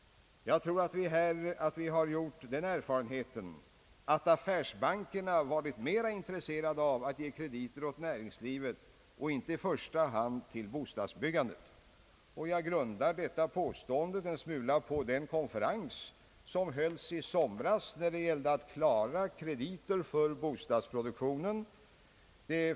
Jag tror att vi har gjort den erfarenheten att affärsbankerna varit mera intresserade av att ge krediter åt näringslivet och inte i första hand till bostadsbyggandet. Jag grundar detta påstående bl.a. på den konferens som hölls i fjol för att klara krediterna till bostadsproduktionen.